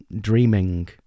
dreaming